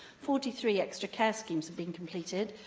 forty three extra-care schemes have been completed,